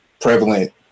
prevalent